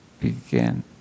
begin